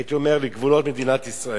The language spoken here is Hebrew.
הייתי אומר, לגבולות מדינת ישראל,